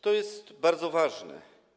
To jest bardzo ważne.